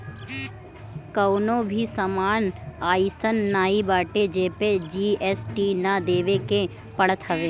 कवनो भी सामान अइसन नाइ बाटे जेपे जी.एस.टी ना देवे के पड़त हवे